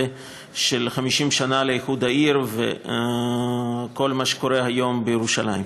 של 50 שנה לאיחוד העיר וכל מה שקורה היום בירושלים.